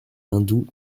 hindoue